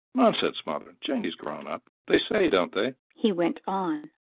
nonsense, mother janey's grown-up. they say, don't they, he went on,